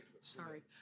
Sorry